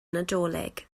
nadolig